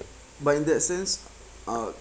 but in that sense uh